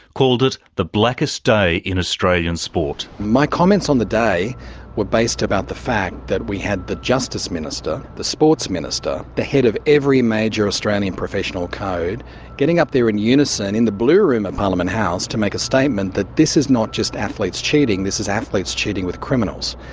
called it the blackest day in australian sport. my comments on the day were based about the fact that we had the justice minister, the sports minister, the head of every major australian professional code getting up there in unison in the blue room of parliament house to make a statement that this is not just athletes cheating, this is athletes cheating with criminals.